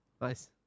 Nice